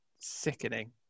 sickening